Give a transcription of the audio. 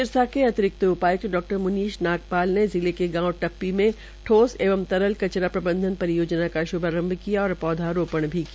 सिरसा के अतिरिक्त उपायुक्त डॉ मनीश नागपाल ने जिले के गांव टप्पी में ठोस एवं कचरा प्रबंधन परियोजना का श्भारंभ किया और पौधारोपण भी किया